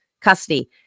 custody